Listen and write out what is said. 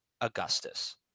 Augustus